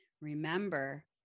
Remember